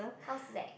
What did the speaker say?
how's that